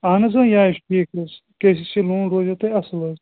اَہَن حظ آ یہِ آسہِ ٹھیٖک حظ چھُ کے سی سی لون روزوٕ تۅہہِ اَصٕل حظ